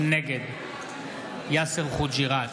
נגד יאסר חוג'יראת,